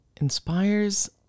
inspires